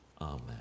Amen